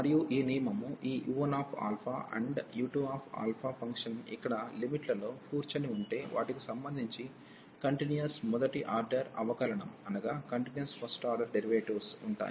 మరియు ఈ నియమము ఈ u1 u2α ఫంక్షన్ ఇక్కడ లిమిట్ లలో కూర్చుని ఉంటే వాటికి సంబంధించి కంటిన్యూయస్ మొదటి ఆర్డర్ అవకలనం ఉంటాయి